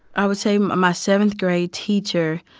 i would say um my seventh-grade teacher.